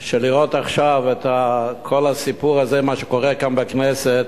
שלראות עכשיו את כל הסיפור הזה שקורה עכשיו בכנסת,